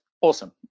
awesome